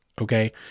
Okay